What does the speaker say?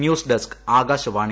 news desk Akashvani